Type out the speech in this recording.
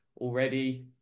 already